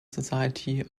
society